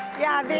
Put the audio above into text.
yeah,